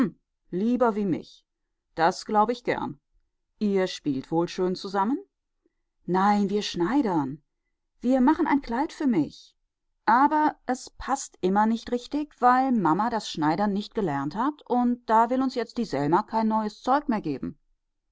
lieber wie mich das glaube ich gern ihr spielt wohl schön zusammen nein wir schneidern wir machen ein kleid für mich aber es paßt immer nicht richtig weil mamma das schneidern nicht gelernt hat und da will uns jetzt die selma kein neues zeug mehr geben